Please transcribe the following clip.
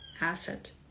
asset